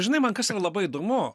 žinai man kas yra labai įdomu